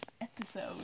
episode